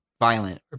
violent